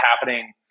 happening